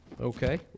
Okay